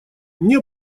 мне